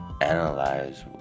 analyze